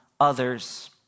others